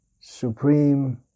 supreme